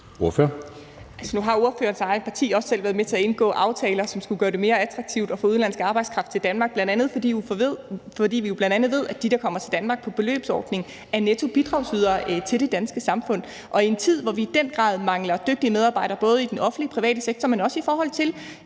Nu har ordførerens eget parti også selv været med til at indgå aftaler, som skulle gøre det mere attraktivt for udenlandsk arbejdskraft at komme til Danmark, bl.a. fordi vi jo ved, at de, der kommer til Danmark på beløbsordningen, er nettobidragsydere til det danske samfund. Og i en tid, hvor vi i den grad mangler dygtige medarbejdere både i den offentlige og private sektor, men også i forhold til